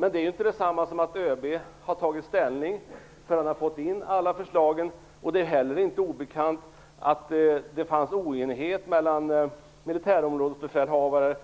Men det är inte detsamma som att ÖB har tagit ställning förrän han har fått in alla förslagen. Det är heller inte obekant att det fanns oenighet mellan militärområdesbefälhavare